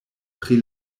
pri